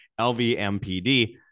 LVMPD